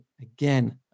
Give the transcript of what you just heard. again